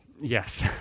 yes